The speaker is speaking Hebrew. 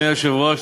אדוני היושב-ראש,